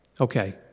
Okay